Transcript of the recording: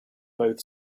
both